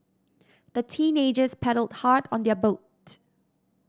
the teenagers paddled hard on their boat